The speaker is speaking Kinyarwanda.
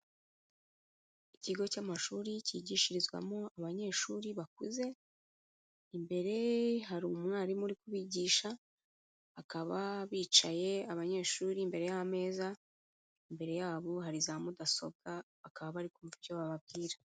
Ikigo cy'amashuri cyigishirizwamo abanyeshuri bakuze, imbere hari umwarimu uri kubigisha, bakaba bicaye abanyeshuri imbere y'ameza, imbere yabo hari za mudasobwa bakaba bari kumva icyo bababwira.